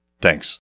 Thanks